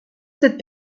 cette